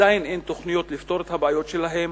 עדיין אין תוכניות לפתור את הבעיות שלהם,